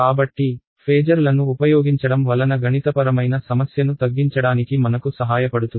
కాబట్టి ఫేజర్లను ఉపయోగించడం వలన గణితపరమైన సమస్యను తగ్గించడానికి మనకు సహాయపడుతుంది